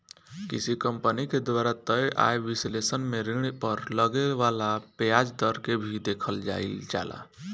किसी कंपनी के द्वारा तय आय विश्लेषण में ऋण पर लगे वाला ब्याज दर के भी देखल जाइल जाला